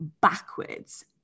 backwards